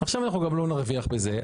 ועכשיו אנחנו גם לא נרוויח בזה.